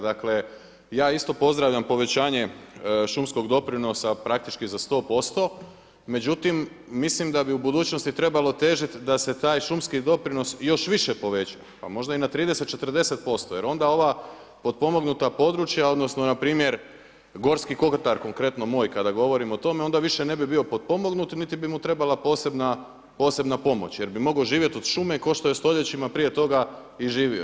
Dakle ja isto pozdravljam povećanje šumskog doprinosa praktički za 100%, međutim mislim da bi u budućnosti trebalo težit da se taj šumski doprinos još više poveća, pa možda i na 30, 40% jer onda ova potpomognuta područja, odnosno npr. Gorski kotar konkretno moj, kada govorim o tome, onda više ne bi bio potpomognut, niti bi mu trebala posebna pomoć jer bi mogao živjet od šume, kao što je stoljećima prije toga i živio.